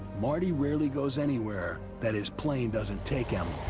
marty rarely goes anywhere that his plane doesn't take him.